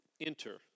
enter